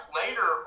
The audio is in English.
later